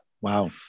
Wow